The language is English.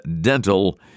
Dental